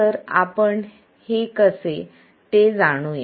तर आपण हे कसे ते जाणू या